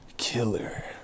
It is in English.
killer